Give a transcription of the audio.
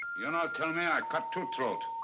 you no tell me i cut two throat.